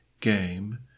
game